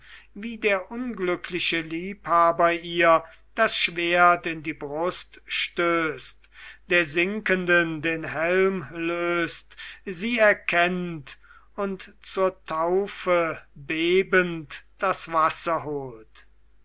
wie der unglückliche liebhaber ihr das schwert in die brust stößt der sinkenden den helm löst sie erkennt und zur taufe bebend das wasser holt